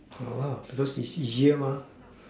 ya lah well because it's easier mah